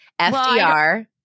FDR